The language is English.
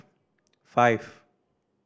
five